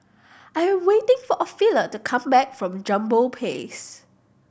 I'm waiting for Ophelia to come back from Jambol Place